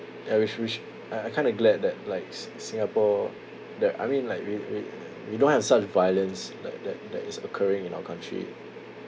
ya we should we sh~ I I kind of glad that like si~ singapore that I mean like we we we don't have such violence like that that is occurring in our country